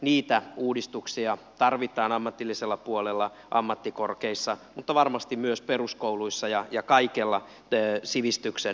niitä uudistuksia tarvitaan ammatillisella puolella ammattikorkeissa mutta varmasti myös peruskouluissa ja kaikella sivistyksen toimintakentällä